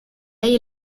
hay